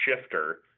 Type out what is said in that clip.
shifter